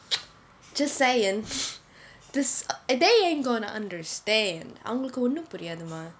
just saying this they ain't going to understand அவங்களுக்கு ஒன்னும் புரியாது மா:avangalukku onnum puriyaathu maa